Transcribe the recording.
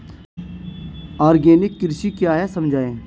Organic कृषि क्या है समझाइए?